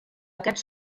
aquests